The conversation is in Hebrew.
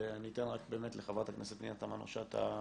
אני אתן לחברת הכנסת פנינה תמנו שטה,